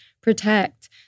protect